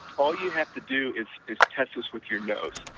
all you have to do is is test this with your nose,